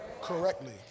Correctly